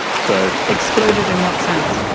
so exclude it in what sense?